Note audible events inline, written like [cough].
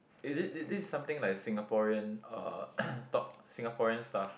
is it this this is something like Singaporean uh [noise] talk Singaporean stuff